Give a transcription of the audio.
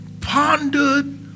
pondered